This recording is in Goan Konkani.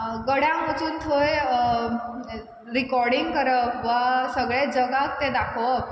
गड्यांक वचून थंय रिकोर्डींग करप वा सगल्या जगाक तें दाखोवप